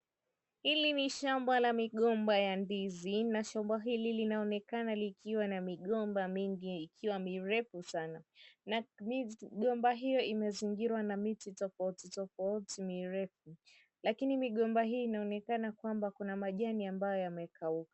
Hili ni shamba la migomba ya ndizi, na shamba hili linaonekana likiwa na migomba mingi, ikiwa mirefu sana. Migomba hiyo imezingirwa na miti tofauti tofauti mirefu, lakini migomba hii inaonekana kwamba kuna majani ambayo